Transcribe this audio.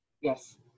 Yes